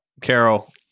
Carol